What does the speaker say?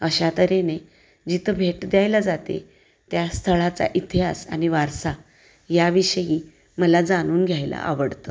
अशा तऱ्हेने जिथं भेट द्यायला जाते त्या स्थळाचा इतिहास आणि वारसा या विषयी मला जाणून घ्यायला आवडतं